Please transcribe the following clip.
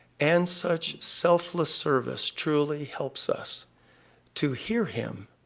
and such selfless service truly helps us to hear him!